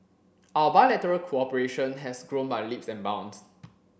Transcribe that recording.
our bilateral cooperation has grown by leaps and bounds